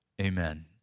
amen